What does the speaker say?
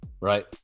right